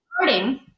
starting